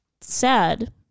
sad